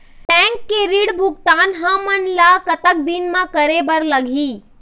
Bank के ऋण भुगतान हमन ला कतक दिन म करे बर लगही?